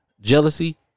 jealousy